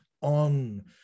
on